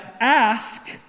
ask